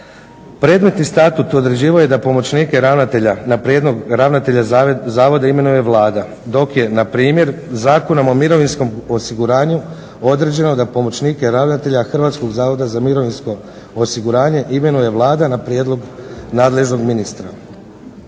Predmetni statut određivao je da pomoćnike ravnatelja na prijedlog ravnatelja zavoda imenuje Vlada dok je npr. Zakonom o mirovinskom osiguranju određeno da pomoćnike ravnatelja Hrvatskog zavoda za mirovinsko osiguranje imenuje Vlada na prijedlog nadležnog ministra.